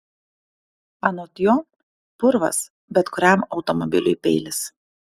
anot jo purvas bet kuriam automobiliui peilis